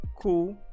cool